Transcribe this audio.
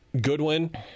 Goodwin